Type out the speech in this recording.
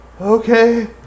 Okay